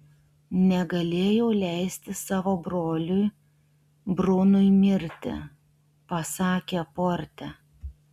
negalėjau leisti savo broliui brunui mirti pasakė porte